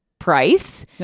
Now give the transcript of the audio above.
price